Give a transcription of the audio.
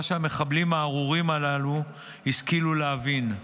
שהמחבלים הארורים הללו השכילו להבין: